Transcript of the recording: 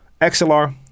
XLR